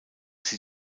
sie